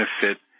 benefit